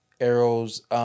Arrow's